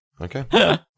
Okay